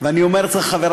אני אומר לך את זה,